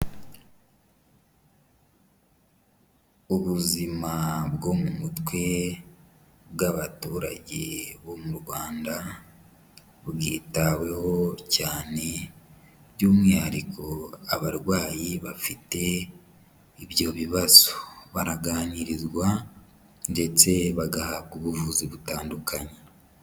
Ubuzima bwo mu mutwe bw'abaturage bo mu Rwanda bwitaweho cyane by'umwihariko abarwayi bafite ibyo bibazo. Baraganirizwa ndetse bagahabwa ubuvuzi butandukanye.